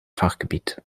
fachgebiet